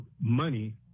money